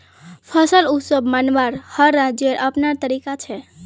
फसल उत्सव मनव्वार हर राज्येर अपनार तरीका छेक